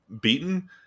beaten